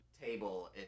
table